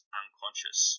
unconscious